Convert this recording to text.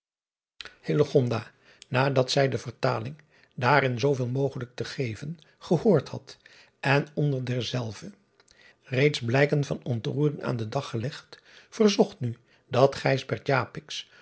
nadat zij de vertaling daaraan zooveel mogelijk te geven gehoord had en onder dezelve reeds blijken van ontroering aan den dag gelegd verzocht nu dat nog